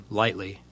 lightly